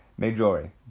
Majori